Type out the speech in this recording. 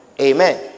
Amen